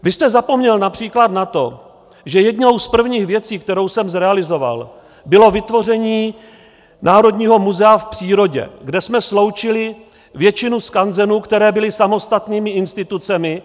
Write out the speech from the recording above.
Vy jste zapomněl např. na to, že jednou z prvních věcí, kterou jsem zrealizoval, bylo vytvoření Národního muzea v přírodě, kde jsme sloučili většinu skanzenů, které byly samostatnými institucemi.